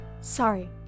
Sorry